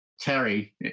Terry